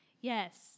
yes